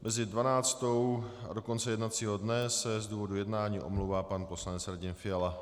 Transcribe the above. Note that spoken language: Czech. Mezi dvanáctou do konce jednacího dne se z důvodu jednání omlouvá pan poslanec Radim Fiala.